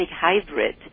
hybrid